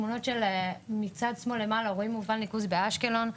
מצד שמאל למעלה רואים --- ניקוז בשאלון,